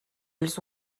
elles